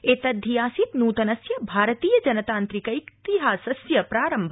त्रेद्धि आसीत् नूतनस्य भारतीय जनतान्त्रिकैतिहासस्य प्रारम्भ